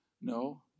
No